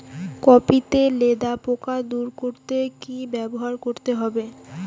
Copy তে লেদা পোকা দূর করতে কি ব্যবহার করতে হবে?